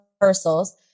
rehearsals